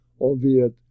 albeit